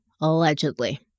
allegedly